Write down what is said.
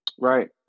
Right